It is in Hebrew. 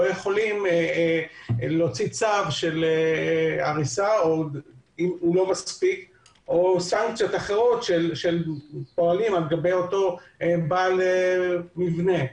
יכולים להוציא צו הריסה או סנקציות אחרות לגבי אותו בעל מבנה.